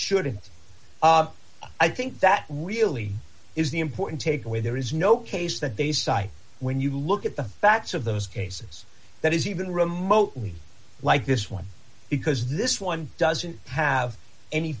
shouldn't i think that really is the important takeaway there is no case that they cite when you look at the facts of those cases that is even remotely like this one because this one doesn't have any